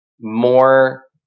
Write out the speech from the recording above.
more